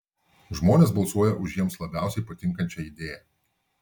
žmonės balsuoja už jiems labiausiai patinkančią idėją